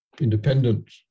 independent